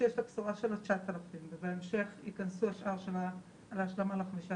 כשיש את הבשורה של ה-9,000 ובהמשך תיכנס ההשלמה ל-15,000,